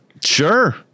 Sure